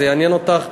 זה יעניין אותך,